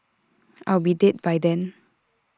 I'll be dead by then